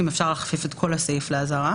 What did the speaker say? האם אפשר להכפיף את כל הסעיף לאזהרה?